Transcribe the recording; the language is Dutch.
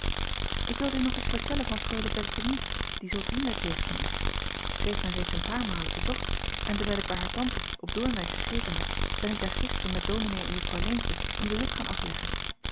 ik wilde u nog iets vertellen van reule ettemie die zoo vriendelijk jegens mij is zij heeft mij reeds een paar malen bezocht en dewijl ik bij haar tante op oornwijck gegeten had ben ik daar gisteren met ominee en uffrouw eentje een bezoek gaan afleggen